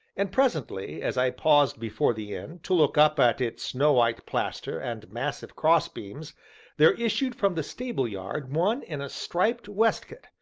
and presently, as i paused before the inn, to look up at its snow-white plaster, and massive cross-beams there issued from the stable yard one in a striped waistcoat,